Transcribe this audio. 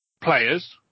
players